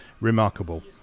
remarkable